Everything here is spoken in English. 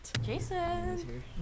Jason